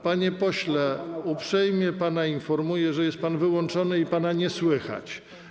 Panie pośle, uprzejmie pana informuję, że jest pan wyłączony i pana nie słychać.